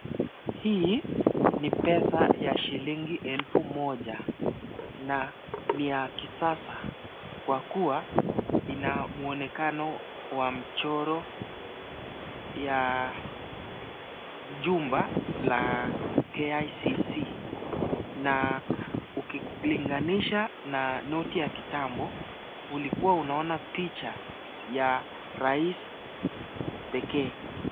Hii ni pesa ya shilingi elfu moja na ni ya kisasa kwa kuwa ina muonekano wa mchoro ya jumba la KICC na ukilinganisha na noti ya kitambo ulikuwa unaona picha ya rais pekee.